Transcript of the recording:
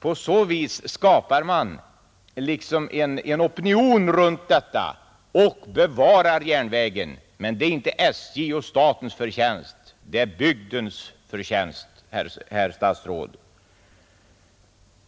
På så vis skapar man en opinion och lyckas bevara järnvägen, men det är inte SJ:s och statens förtjänst, utan det är bygdens förtjänst, herr statsråd!